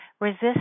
Resist